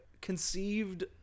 conceived